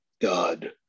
God